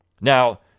Now